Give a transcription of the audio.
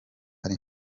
ari